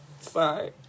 sorry